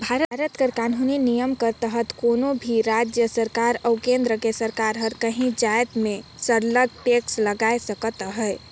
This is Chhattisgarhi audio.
भारत कर कानूनी नियम कर तहत कोनो भी राएज सरकार अउ केन्द्र कर सरकार हर काहीं जाएत में सरलग टेक्स लगाए सकत अहे